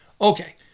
Okay